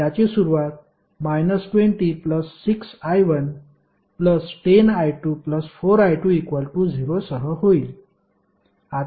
याची सुरूवात 206i110i24i20 सह होईल